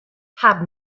haben